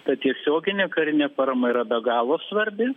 ta tiesioginė karinė parama yra be galo svarbi